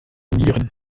manieren